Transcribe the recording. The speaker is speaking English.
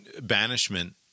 banishment